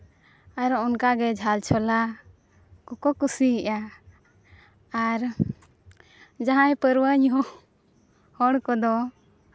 ᱟᱨᱦᱚᱸ ᱚᱱᱠᱟᱜᱮ ᱡᱷᱟᱞ ᱪᱷᱚᱞᱟ ᱠᱚᱠᱚ ᱠᱩᱥᱤᱭᱟᱜᱼᱟ ᱟᱨ ᱡᱟᱦᱟᱸᱭ ᱯᱟᱹᱨᱣᱟᱹ ᱧᱩ ᱦᱚᱲ ᱠᱚᱫᱚ